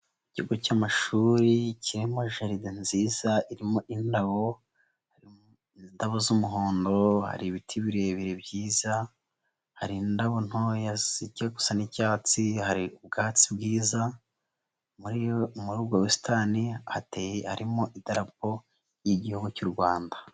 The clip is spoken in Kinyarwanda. Ikigo cy'amashuri kirimo jaride nziza irimo indabo, indabo z'umuhondo, hari ibiti birebire byiza, hari indabo ntoya zijya gusa n'icyatsi, hari ubwatsi bwiza, muri ubwo busitani hateye harimo idarapo ry'igihugu cy'u Rwanda.